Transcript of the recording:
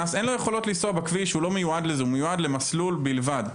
היום ז' בסיון התשפ"ב, 06 ביוני 2022.